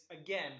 again